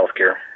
healthcare